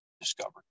discovered